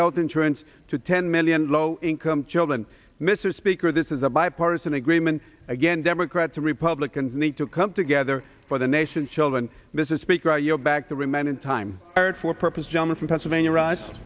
health insurance to ten million low income children mr speaker this is a bipartisan agreement again democrats and republicans need to come together for the nation's children mrs speaker i yield back the remaining time for purpose gentleman from pennsylvania r